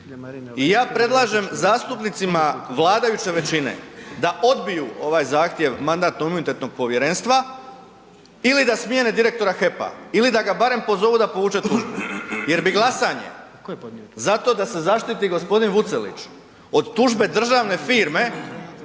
Ja predlažem zastupnicima vladajuće većine da odbiju ovaj zahtjev Mandatno-imunitetnog povjerenstva ili da smijene direktora HEP-a ili da ga barem pozovu da povuče tužbu jer bi glasanje zato da se zaštiti gospodin Vucelić od tužbe državne firme